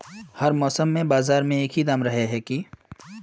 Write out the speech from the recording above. हर मौसम में बाजार में एक ही दाम रहे है की?